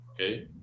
Okay